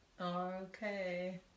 Okay